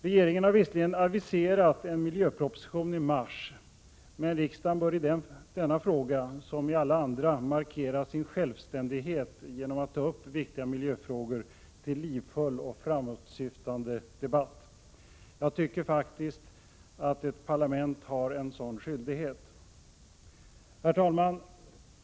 Regeringen har visserligen aviserat en miljöproposition i mars, men riksdagen bör i denna fråga som i alla andra markera sin självständighet genom att ta upp viktiga miljöfrågor till livfull och framåtsyftande debatt. Jag tycker faktiskt att ett parlament har en sådan skyldighet. Herr talman!